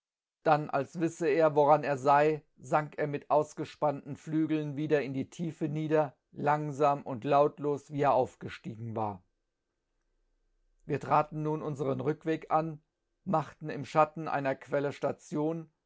ann al wiffe er woran er fei fanf er mit ausgefpannten gtügeln wieber in bie sticfc nieber langfam unb tautio wie er aufgefttegen war wir traten nun unfern föücfweg an machten im schatten einer quelle station